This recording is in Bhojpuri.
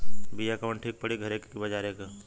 बिया कवन ठीक परी घरे क की बजारे क?